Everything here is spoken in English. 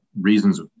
reasons